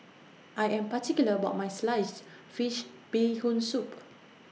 I Am particular about My Sliced Fish Bee Hoon Soup